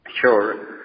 Sure